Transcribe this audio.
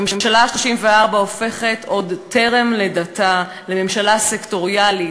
הממשלה ה-34 הופכת עוד טרם לידתה לממשלה סקטוריאלית,